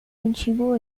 antigo